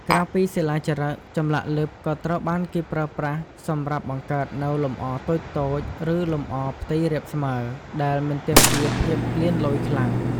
ក្រៅពីសិលាចារឹក ចម្លាក់លិបក៏ត្រូវបានគេប្រើប្រាស់សម្រាប់បង្កើតនូវ លម្អតូចៗ ឬលម្អផ្ទៃរាបស្មើ ដែលមិនទាមទារភាពលៀនលយខ្លាំង។